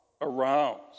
aroused